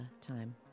time